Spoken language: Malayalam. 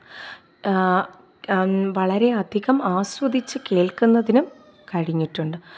വളരെ അധികം ആസ്വദിച്ച് കേൾക്കുന്നതിനും കഴിഞ്ഞിട്ടുണ്ട്